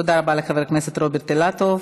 תודה רבה לחבר הכנסת רוברט אילטוב.